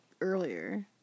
earlier